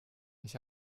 ich